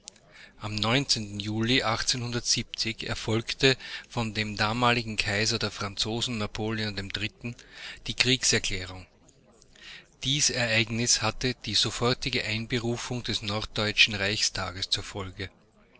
am juli erfolgte von dem damaligen kaiser der franzosen napoleon iii die kriegserklärung dies ereignis hatte die sofortige einberufung des norddeutschen reichstages zur folge